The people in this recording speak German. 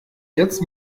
jetzt